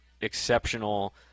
exceptional